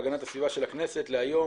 הפנים והגנת הסביבה של הכנסת להיום,